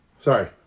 Sorry